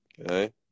okay